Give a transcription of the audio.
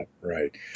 right